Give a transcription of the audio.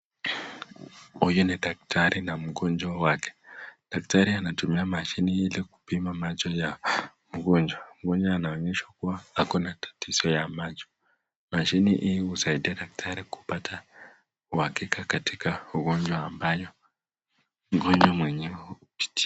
Huyu ni daktari na mgonjwa wake, daktari anatumia mashini ili kupima macho ya mgonjwa. Mwenyewe anaonyesha kua hakuna tatizo ya macho, mashine hii husaidia daktari kupata uhakika katika ugonjwa ambayo mgonjwa mwenyewe hupitia.